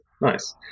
nice